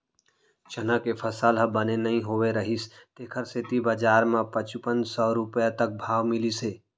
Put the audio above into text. चना के फसल ह बने नइ होए रहिस तेखर सेती बजार म पचुपन सव रूपिया तक भाव मिलिस हे